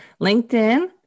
LinkedIn